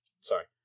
Sorry